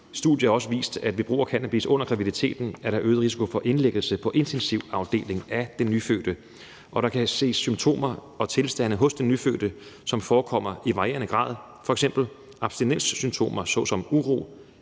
Studier har også vist, at ved brug af cannabis under graviditeten er der en øget risiko for indlæggelse på intensivafdeling af den nyfødte, og der kan ses symptomer og tilstande hos den nyfødte, som forekommer i varierende grad, f.eks. abstinenssymptomer såsom uro,